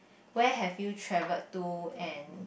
where have you traveled to and